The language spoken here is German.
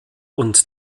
und